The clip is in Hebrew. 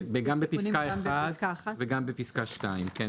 גם בפסקה 1 וגם בפסקה 2, כן.